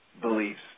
beliefs